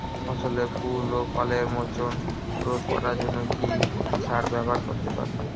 ফসলের ফুল ও ফলের মোচন রোধ করার জন্য কি সার ব্যবহার করতে পারি?